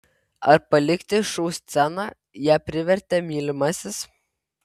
ar palikti šou sceną ją privertė mylimasis